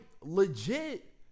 legit